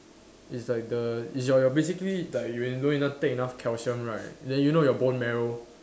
it's like the it's your your basically like you when you don't take enough calcium right then you know your bone marrow